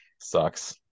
sucks